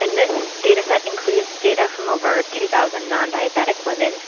and this dataset includes data from over two thousand non-diabetic women,